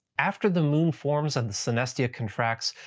after the moon forms and the synestia contracts,